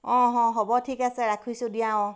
অঁ অঁ হ'ব ঠিক আছে ৰাখিছোঁ দিয়া অঁ